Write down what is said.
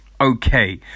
Okay